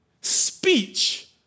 speech